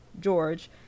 George